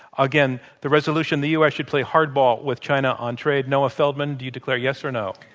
again, the resolution the u. s. should play hardball with china on trade, noah feldman, do you declare yes or no?